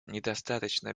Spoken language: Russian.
недостаточно